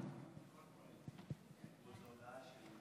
היושב-ראש, כבוד השר,